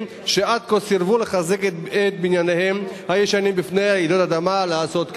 שעד כה סירבו לחזק את בנייניהם הישנים מפני רעידות אדמה לעשות כן.